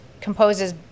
composes